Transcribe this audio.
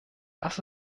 das